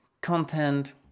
content